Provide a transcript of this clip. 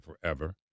forever